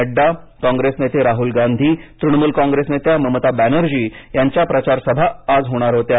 नड्डा काँग्रेस नेते राहुल गांधी तृणमूल काँग्रेस नेत्या ममता बॅनर्जी यांच्या प्रचारसभा आज होणार होत्या